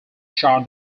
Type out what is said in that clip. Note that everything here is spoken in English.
shot